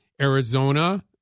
Arizona